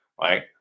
right